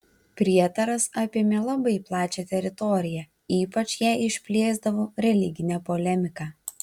prietaras apėmė labai plačią teritoriją ypač ją išplėsdavo religinė polemika